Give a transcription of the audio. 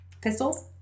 pistols